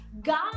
God